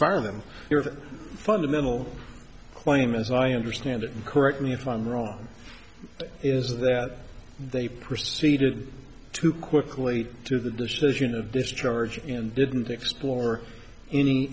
fire them your fundamental claim as i understand it and correct me if i'm wrong is that they proceeded too quickly to the decision of discharge and didn't explore any